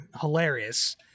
hilarious